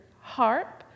harp